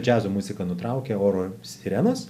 džiazo muziką nutraukia oro sirenos